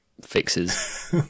fixes